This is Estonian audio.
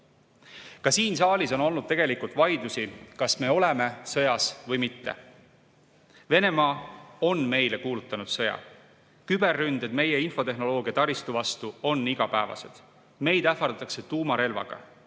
Ka siin saalis on olnud tegelikult vaidlusi, kas me oleme sõjas või mitte. Venemaa on meile kuulutanud sõja. Küberründed meie infotehnoloogia taristu vastu on igapäevased. Meid ähvardatakse tuumarelvaga.